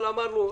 אבל אמרנו,